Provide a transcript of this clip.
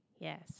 Yes